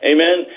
Amen